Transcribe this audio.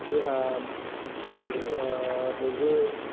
देहा बयबो